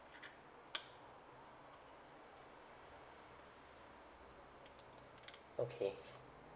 okay